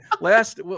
Last